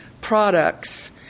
products